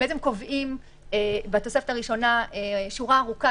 בעצם קובעים בתוספת הראשונה שורה ארוכה